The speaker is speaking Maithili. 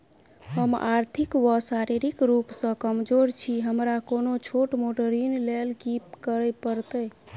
हम आर्थिक व शारीरिक रूप सँ कमजोर छी हमरा कोनों छोट मोट ऋण लैल की करै पड़तै?